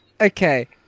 Okay